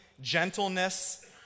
gentleness